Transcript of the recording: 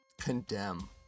Condemn